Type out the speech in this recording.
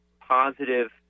positive